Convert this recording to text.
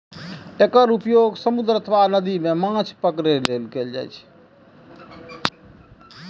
एकर उपयोग समुद्र अथवा नदी मे माछ पकड़ै लेल कैल जाइ छै